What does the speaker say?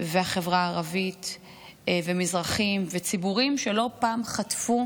והחברה הערבית ומזרחים וציבורים שלא פעם חטפו